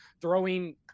Throwing